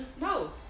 No